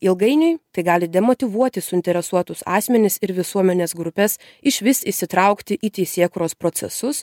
ilgainiui tai gali demotyvuoti suinteresuotus asmenis ir visuomenės grupes išvis įsitraukti į teisėkūros procesus